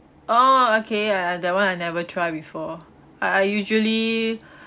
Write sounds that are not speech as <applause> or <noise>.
orh okay uh that one I never try before I I usually <breath>